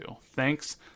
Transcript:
Thanks